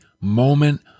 moment